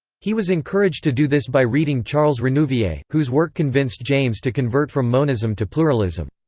he was encouraged to do this by reading charles renouvier, whose work convinced james to convert from monism to pluralism.